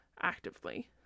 actively